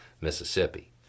Mississippi